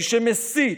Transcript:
מי שמסית,